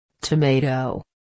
Tomato